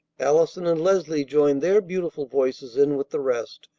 allison and leslie joined their beautiful voices in with the rest,